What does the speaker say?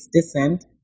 descent